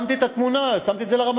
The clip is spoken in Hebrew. שמתי את התמונה, שמתי את זה לרמטכ"ל,